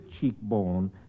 cheekbone